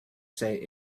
say